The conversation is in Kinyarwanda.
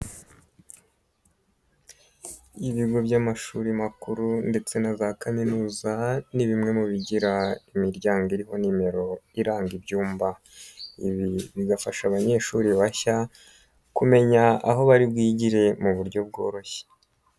Ibigo by'amashuri makuru ndetse na za kaminuza ni bimwe mu bigira imiryango iriho nimero iranga ibyumba, ibi bigafasha abanyeshuri bashya kumenya aho bari bwigire mu buryo bworoshye.